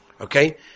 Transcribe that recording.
Okay